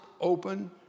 open